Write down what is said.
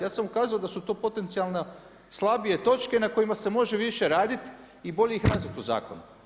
Ja sam ukazao da su to potencijalno slabije točke na kojima se može više raditi i bolje ih razviti u zakonu.